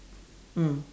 mm